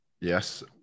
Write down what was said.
yes